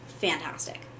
fantastic